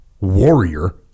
warrior